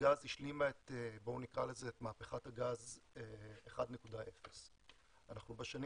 נתג"ז השלימה את מהפכת הגז 1.0. בשנים